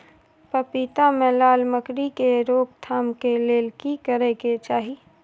पपीता मे लाल मकरी के रोक थाम के लिये की करै के चाही?